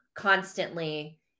constantly